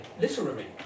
literary